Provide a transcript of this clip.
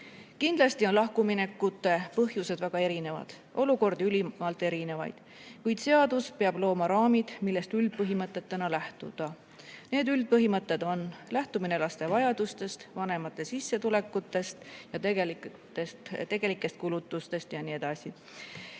on lahkumineku põhjuseid väga erinevaid, olukordi ülimalt erinevaid, kuid seadus peab looma raamid, millest üldpõhimõtetena lähtuda. Need üldpõhimõtted on: lähtumine laste vajadustest, vanemate sissetulekutest, tegelikest kulutustest jne.